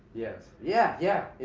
yeah yeah yeah, it